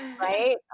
Right